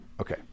Okay